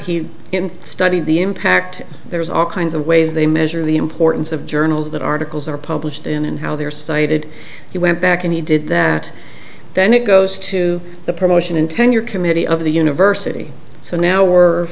he studied the impact there was all kinds of ways they measure the importance of journals that articles are published in and how they're cited he went back and he did that then it goes to the promotion and tenure committee of the university so now we're